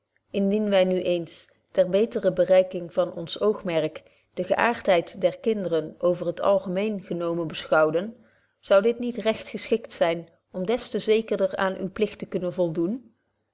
indien wy nu eens ter betere bereiking van ons oogmerk de geaartheid der kinderen over het algemeen genomen beschouwden zou dit niet recht geschikt zyn om des te zekerder aan uwen pligt te kunnen voldoen